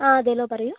ആ അതെയല്ലോ പറയൂ